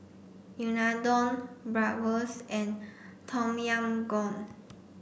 Unadon Bratwurst and Tom Yam Goong